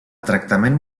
tractament